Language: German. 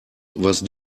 was